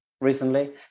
recently